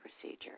procedure